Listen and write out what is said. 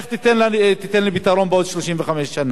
איך תיתן לי פתרון בעוד 35 שנה,